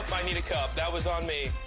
i need a cup. that was on me.